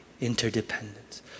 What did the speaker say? interdependence